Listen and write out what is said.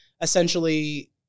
essentially